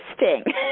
interesting